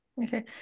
Okay